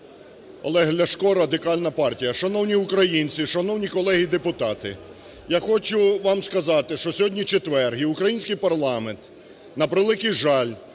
Олег Ляшко Радикальна партія. Шановні українці! Шановні колеги депутати! Я хочу вам сказати, що сьогодні четвер і український парламент, на превеликий жаль,